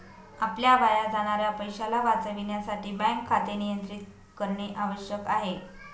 आपल्या वाया जाणाऱ्या पैशाला वाचविण्यासाठी बँक खाते नियंत्रित करणे आवश्यक आहे